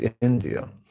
india